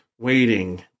waiting